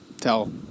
tell